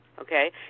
Okay